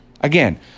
Again